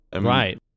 Right